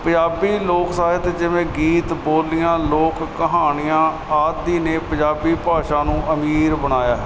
ਪੰਜਾਬੀ ਲੋਕ ਸਾਹਿਤ ਜਿਵੇਂ ਗੀਤ ਬੋਲੀਆਂ ਲੋਕ ਕਹਾਣੀਆਂ ਆਦਿ ਨੇ ਪੰਜਾਬੀ ਭਾਸ਼ਾ ਨੂੰ ਅਮੀਰ ਬਣਾਇਆ